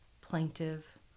plaintive